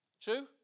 True